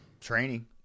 Training